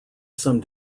some